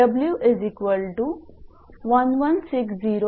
आणि 𝑐487